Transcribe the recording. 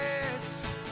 yes